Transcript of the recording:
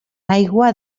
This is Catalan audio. aigua